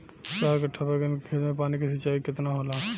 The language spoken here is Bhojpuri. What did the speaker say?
चार कट्ठा बैंगन के खेत में पानी के सिंचाई केतना होला?